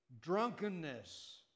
drunkenness